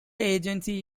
agency